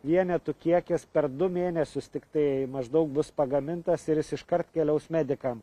vienetų kiekis per du mėnesius tiktai maždaug bus pagamintas ir jis iškart keliaus medikam